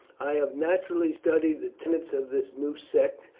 i have naturally studied the tenets of this new sect,